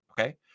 okay